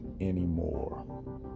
anymore